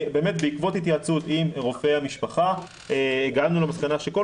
בעקבות התייעצות עם רופאי המשפחה הגענו למסקנה שכל